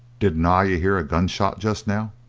did na ye hear a gunshot just now?